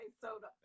soda